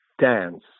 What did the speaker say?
dance